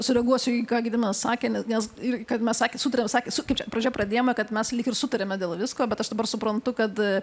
sureaguosiu į ką gediminas sakė ne nes ir kad mes sakė sutarėm sakė kaip čia pradžia pradėjome kad mes lyg ir sutarėme dėl visko bet aš dabar suprantu kad